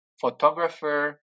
photographer